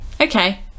Okay